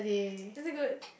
is it good